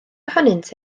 ohonynt